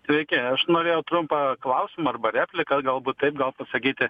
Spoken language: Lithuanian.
sveiki aš norėjau trumpą klausimą arba repliką galbūt taip gal pasakyti